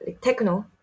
techno